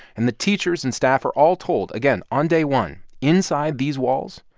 and the teachers and staff are all told again, on day one inside these walls,